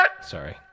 Sorry